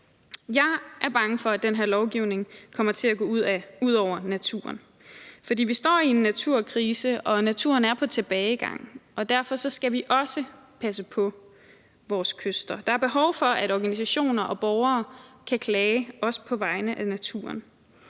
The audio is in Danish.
Jeg er bange for, at den her lovgivning kommer til at gå ud over naturen. For vi står i en naturkrise, og naturen er på tilbagegang. Derfor skal vi også passe på vores kyster. Der er behov for, at organisationer og borgere kan klage, også på vegne af naturen.